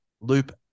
loop